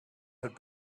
had